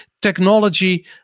technology